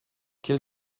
quel